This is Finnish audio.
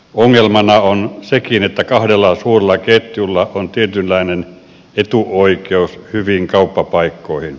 ongelmana on sekin että kahdella suurella ketjulla on tietynlainen etuoikeus hyviin kauppapaikkoihin